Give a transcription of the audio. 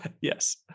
Yes